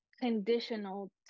conditional